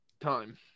time